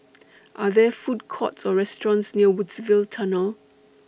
Are There Food Courts Or restaurants near Woodsville Tunnel